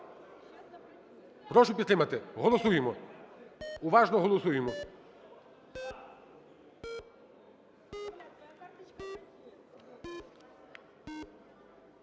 Прошу підтримати, голосуємо, уважно голосуємо.